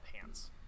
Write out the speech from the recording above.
pants